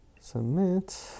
Submit